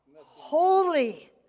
Holy